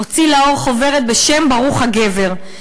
הוציא לאור חוברת בשם "ברוך הגבר",